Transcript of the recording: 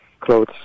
clothes